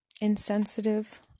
insensitive